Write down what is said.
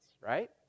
right